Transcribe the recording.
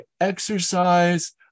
exercise